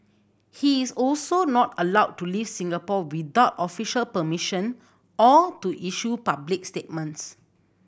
he is also not allowed to leave Singapore without official permission or to issue public statements